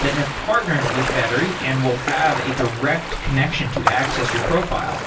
that have partnered with vettery and will have a direct connection to access your profile.